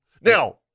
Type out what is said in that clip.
Now